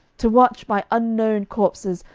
to watch by unknown corpses,